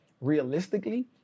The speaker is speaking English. realistically